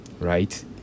right